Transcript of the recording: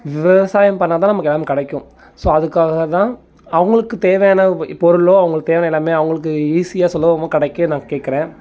விவசாயம் பண்ணால்தான் நமக்கு எல்லாமே கிடைக்கும் ஸோ அதுக்காக தான் அவங்களுக்கு தேவையான வி பொருளோ அவங்களுக்கு தேவை எல்லாமே அவங்களுக்கு ஈஸியாக சுலபமாக கிடைக்க நான் கேட்கறேன்